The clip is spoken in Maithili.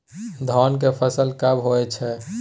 धान के फसल कब होय छै?